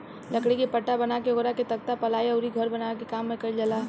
लकड़ी के पटरा बना के ओकरा से तख्ता, पालाइ अउरी घर बनावे के काम कईल जाला